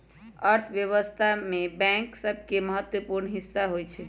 अर्थव्यवस्था में बैंक सभके महत्वपूर्ण हिस्सा होइ छइ